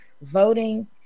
voting